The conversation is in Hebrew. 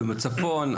בדואים בצפון,